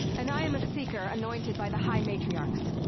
and i am a seeker, anointed by the high matriarchs.